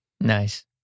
Nice